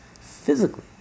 Physically